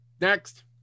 next